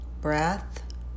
breath